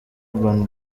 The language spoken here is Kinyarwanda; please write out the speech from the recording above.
urban